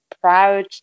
proud